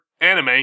anime